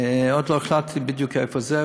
עוד לא החלטתי בדיוק איפה זה,